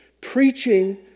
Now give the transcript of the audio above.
preaching